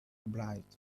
obliged